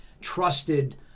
trusted